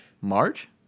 March